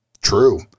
True